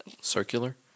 Circular